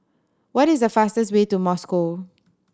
what is the fastest way to Moscow